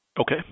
Okay